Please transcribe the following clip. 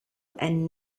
and